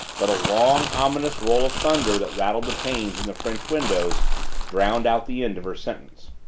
but a long, ominous roll of thunder that rattled the panes in the french windows drowned out the end of her sentence.